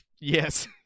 Yes